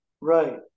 Right